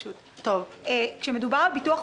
אין דבר כזה שחברי כנסת מבינים פשוט.